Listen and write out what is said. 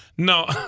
No